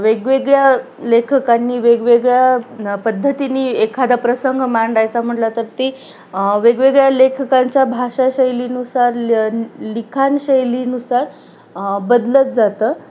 वेगवेगळ्या लेखकांनी वेगवेगळ्या पद्धतीने एखादा प्रसंग मांडायचा म्हटलं तर ते वेगवेगळ्या लेखकांच्या भाषा शैलीनुसार लि लेखनशैलीनुसार बदलत जातं